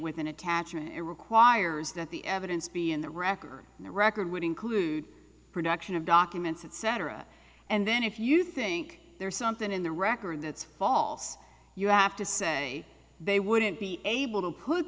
with an attachment it requires that the evidence be in the record and the record would include production of documents etc and then if you think there's something in the record that's false you have to say they wouldn't be able to put